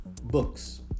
Books